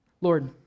Lord